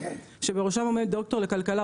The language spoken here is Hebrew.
שבראשם עומד ד"ר לכלכלה,